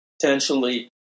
potentially